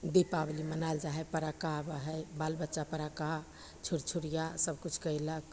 दीपावली मनाएल जाइ हइ फटक्का आबै हइ बाल बच्चा फटक्का छुरछुरिआ सबकिछु कएलक